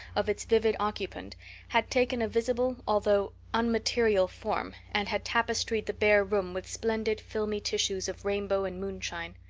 of its vivid occupant had taken a visible although unmaterial form and had tapestried the bare room with splendid filmy tissues of rainbow and moonshine.